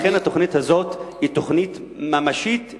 אכן התוכנית הזאת היא תוכנית ממשית,